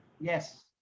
Yes